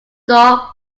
door